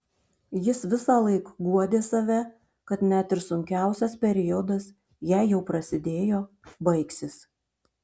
jis visąlaik guodė save kad net ir sunkiausias periodas jei jau prasidėjo baigsis